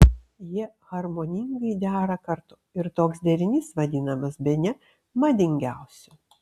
jie harmoningai dera kartu ir toks derinys vadinamas bene madingiausiu